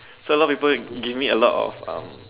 so a lot of people give me a lot of um